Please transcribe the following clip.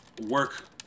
work